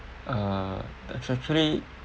uh act~ actually